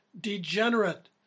degenerate